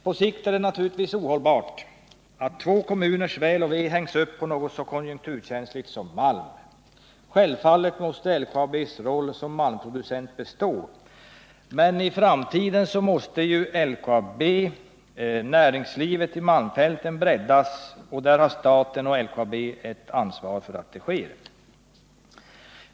På sikt är det naturligtvis ohållbart att två kommuners väl och ve hängs upp på något så konjunkturkänsligt som malm. Självfallet måste LKAB:s roll som malmproducent bestå. Men i framtiden måste näringslivet i malmfälten breddas, och där har staten och LKAB ett ansvar för att så sker.